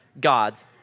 God's